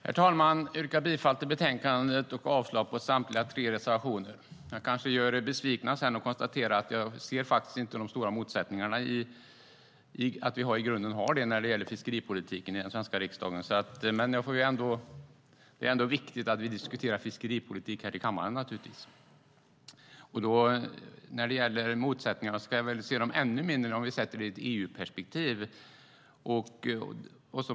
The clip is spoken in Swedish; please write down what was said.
Herr talman! Jag yrkar bifall till förslaget i betänkandet och avslag på samtliga tre reservationer. Jag kanske gör er besvikna när jag konstaterar att jag inte kan se några stora motsättningar i fiskeripolitiken i den svenska riksdagen. Men det är naturligtvis ändå viktigt att vi diskuterar fiskeripolitik här i kammaren. Motsättningarna är ännu mindre i ett EU-perspektiv.